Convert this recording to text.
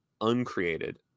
uncreated